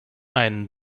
einen